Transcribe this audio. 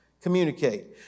communicate